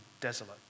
desolate